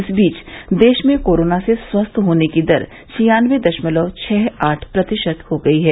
इस बीच देश में कोरोना से स्वस्थ होने की दर छियान्नबे दशमलव छह आठ प्रतिशत हो गई है